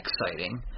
exciting